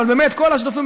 אבל באמת כל השותפים,